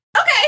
Okay